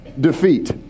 defeat